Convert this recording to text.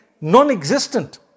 non-existent